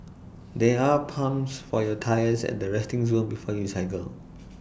there are pumps for your tyres at the resting zone before you cycle